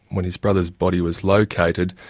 when his brother's body was located,